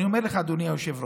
אני אומר לך, אדוני היושב-ראש,